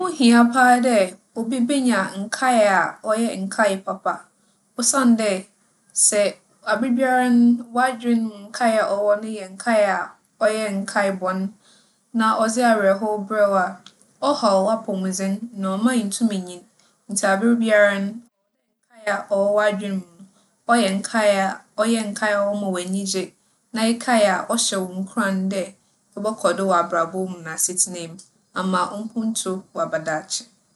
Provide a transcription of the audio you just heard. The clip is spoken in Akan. Ho hia paa dɛ obi benya nkaa a ͻyɛ nkaa papa. Osiandɛ, sɛ aberbiara no, w'adwen mu nkaa a ͻwͻ no yɛ nkaa a ͻyɛ nkaa bͻn, na ͻdze awerɛhow brɛ wo a, ͻhaw w'apͻwmudzen na ͻmma inntum nnyin. Ntsi aberbiara no, ͻwͻ dɛ nkaa a ͻwͻ w'adwen mu no ͻyɛ nkaa a ͻyɛ nkaa a ͻma wo enyigye. Na ekaa a, ͻhyɛ wo nkuran dɛ ebͻkͻ do wͻ abrabͻ mu na asetsena mu, ama wo mpontu ͻaba daakye.